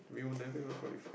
we will never even qualify